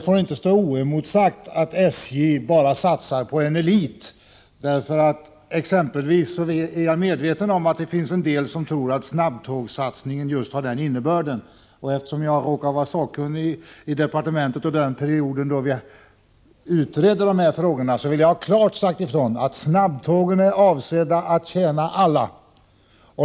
Fru talman! Påståendet att SJ bara satsar på en elit får inte stå oemotsagt. Jag är medveten om att en del tror att snabbtågssatsningen just har den innebörden, och eftersom jag var sakkunnig i kommunikationsdepartementet under den period då denna fråga utreddes, vill jag klart säga ifrån att snabbtågen är avsedda att tjäna alla.